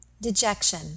Dejection